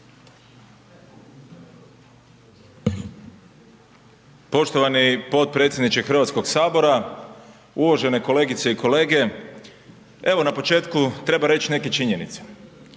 Poštovani potpredsjedniče Hrvatskog sabora. Uvažene kolegice i kolege, na početku treba reći neke činjenice,